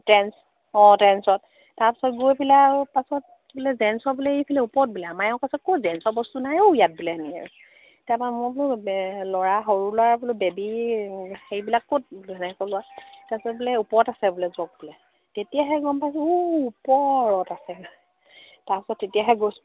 Jens অঁ জেনছত তাৰপাছত গৈ পেলাই পাছত বোলে জেনছৰ তাৰপা মই বোলো ল'ৰা সৰু ল'ৰা বেবী সেইবিলাক ক'ত সেনেক লোৱা তাৰপিছত বোলে ওপৰত আছে বোলে যক তেতিয়াহে গম পাইছো ওপৰত আছে তাৰপাছত তেতিয়াহে গৈ